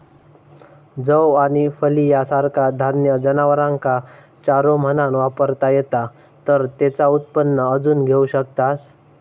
जौ आणि फलिया सारखा धान्य जनावरांका चारो म्हणान वापरता येता तर तेचा उत्पन्न अजून घेऊ शकतास